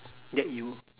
that you